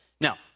Now